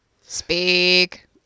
Speak